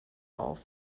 auf